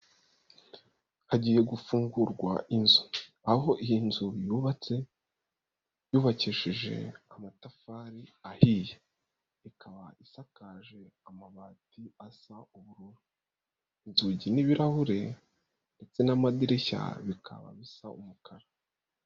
Hagiye gufungurwa inzu aho iyi nzu yubatse yubakishije amatafari ahiye, ikaba isakaje amabati asa ubururu, inzugi n'ibirahure ndetse n'amadirishya bikaba bisa umukara.